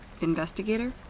investigator